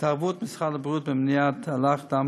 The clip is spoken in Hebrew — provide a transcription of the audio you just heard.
להתערבות משרד הבריאות במניעת אלח דם